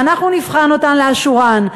ואנחנו נבחן אותן לאשורן.